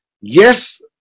yes